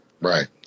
Right